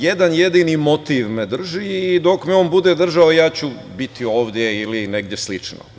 Jedan jedini motiv me drži, i dok me on bude držao ja ću biti ovde ili negde slično.